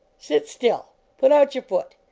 sit still! put out your foot!